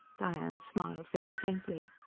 diane smiled very faintly.